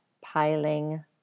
piling